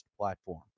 platform